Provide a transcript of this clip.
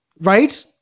Right